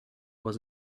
was